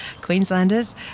Queenslanders